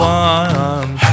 one